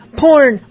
porn